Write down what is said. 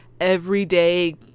everyday